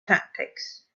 tactics